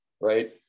right